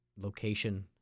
location